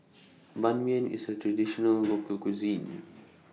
Ban Mian IS A Traditional Local Cuisine